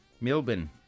Melbourne